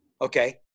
Okay